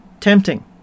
tempting